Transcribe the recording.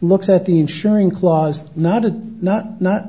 looks at the ensuring clause not a not not